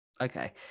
Okay